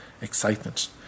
excitement